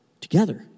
together